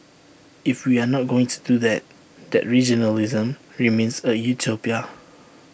if we are not going to do that then regionalism remains A utopia